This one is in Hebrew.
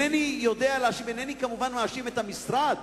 אינני מאשים את המשרד,